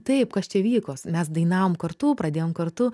taip kas čia vyko s mes dainavom kartu pradėjom kartu